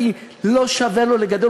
כי לא שווה לו לגדל,